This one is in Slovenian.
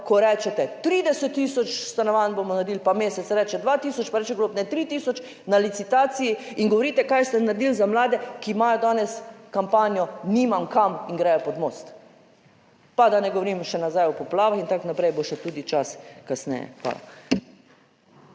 ko rečete 30 tisoč stanovanj bomo naredili, pa Mesec reče 2 tisoč, pa reče Golob, ne, 3 tisoč, na licitaciji in govorite, kaj ste naredili za mlade, ki imajo danes kampanjo Nimam kam in gredo pod most, pa da ne govorim še nazaj o poplavah in tako naprej. Bo še tudi čas kasneje. Hvala.